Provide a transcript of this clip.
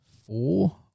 four